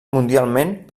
mundialment